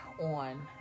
on